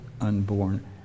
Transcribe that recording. unborn